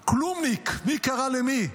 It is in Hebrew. "כלומניק", מי קרא למי?